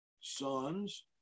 sons